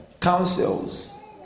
councils